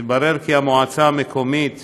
התברר כי המועצה המקומית